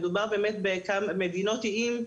מדובר באמת במדינות איים,